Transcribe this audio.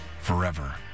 forever